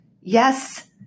Yes